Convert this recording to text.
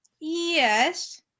Yes